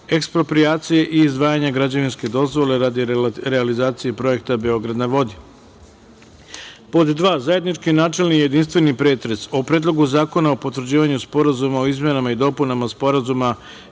eksproprijacije i izdavanja građevinske dozvole radi realizacije projekta „Beograd na vodi“; zajednički načelni i jedinstveni pretres o: Predlogu zakona o potvrđivanju Sporazuma o izmenama i dopunama Sporazuma